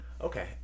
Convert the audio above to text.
Okay